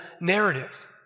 narrative